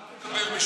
אל תדבר בשמי.